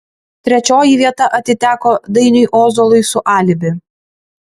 trečioji vieta atiteko dainiui ozolui su alibi